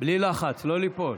(תיקון, מחלה נדירה),